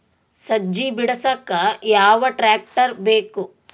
ಸಜ್ಜಿ ಬಿಡಸಕ ಯಾವ್ ಟ್ರ್ಯಾಕ್ಟರ್ ಬೇಕು?